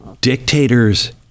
Dictators